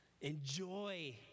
enjoy